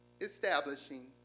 establishing